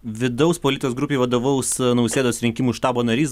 vidaus politios grupei vadovaus nausėdos rinkimų štabo narys